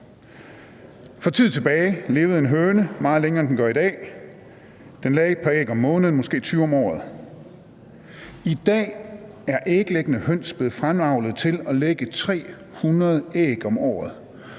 Før i tiden levede en høne meget længere, end den gør i dag. Den lagde et par æg om måneden, måske 20 om året. I dag er æglæggende høns blevet fremavlet til at lægge 300 æg om året.